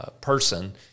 person